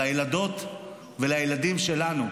לילדות ולילדים שלנו?